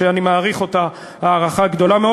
שאני מעריך אותה הערכה גדולה מאוד.